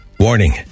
Warning